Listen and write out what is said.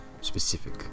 specific